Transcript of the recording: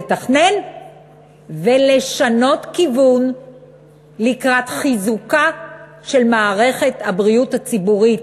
לתכנן ולשנות כיוון לקראת חיזוקה של מערכת הבריאות הציבורית.